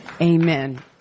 Amen